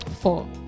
Four